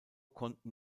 konnten